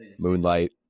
Moonlight